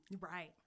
Right